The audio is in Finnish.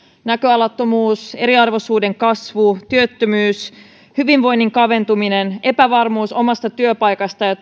näköalattomuus eriarvoisuuden kasvu työttömyys hyvinvoinnin kaventuminen epävarmuus omasta työpaikasta ja